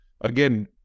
again